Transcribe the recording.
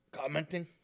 commenting